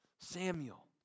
Samuel